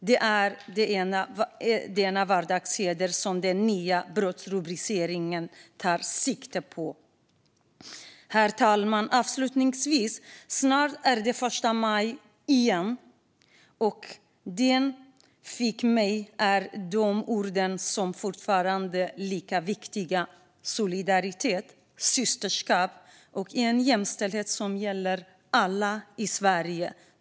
Det är denna vardagsheder som den nya brottsrubriceringen tar sikte på. Herr talman! Avslutningsvis - det är snart första maj igen. De ord som jag hörde då är fortfarande lika viktiga: solidaritet, systerskap och en jämställdhet som gäller alla i Sverige.